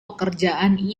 pekerjaan